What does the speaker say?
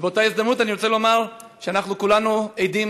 ובאותה הזדמנות אני רוצה לומר שאנחנו כולנו עדים